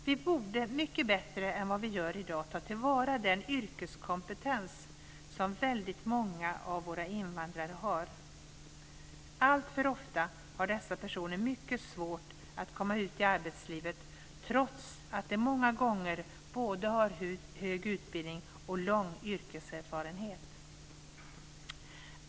Vi borde mycket bättre än vad vi gör i dag ta till vara den yrkeskompetens som väldigt många av våra invandrare har. Alltför ofta har dessa personer mycket svårt att komma ut i arbetslivet trots att de många gånger har både hög utbildning och lång yrkeserfarenhet.